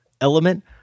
element